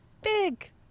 big